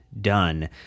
done